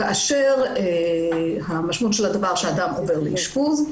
כאשר המשמעות שלה דבר היא שהאדם עובר לאשפוז.